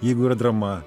jeigu yra drama